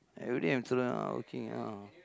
everyday I'm still ah working out